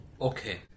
Okay